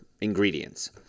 ingredients